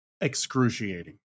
Excruciating